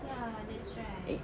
ya that's right